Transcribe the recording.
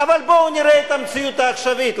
אבל בואו ונראה את המציאות העכשווית.